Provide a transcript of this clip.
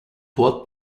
what